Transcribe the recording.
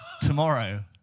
Tomorrow